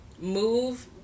move